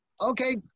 Okay